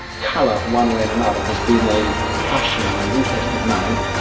colour, one way and another, has been a passion and an interest of mine.